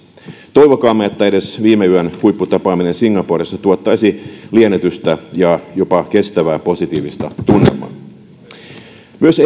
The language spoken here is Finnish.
toivokaamme että edes viime yön huipputapaaminen singaporessa tuottaisi liennytystä ja jopa kestävää positiivista tunnelmaa myös